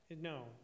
No